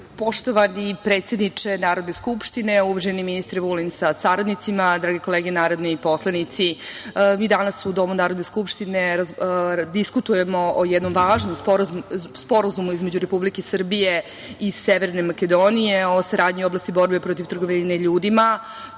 predsedniče Narodne Skupštine, uvaženi ministre Vulin sa saradnicima, drage kolege narodni poslanici, mi danas u Domu Narodne Skupštine diskutujemo o jednom važnom Sporazumu između Republike Srbije i Severne Makedonije o saradnji u oblasti borbe protiv trgovine ljudima,